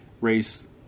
Race